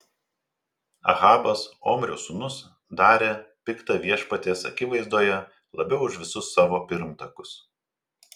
ahabas omrio sūnus darė pikta viešpaties akivaizdoje labiau už visus savo pirmtakus